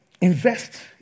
Invest